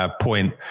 point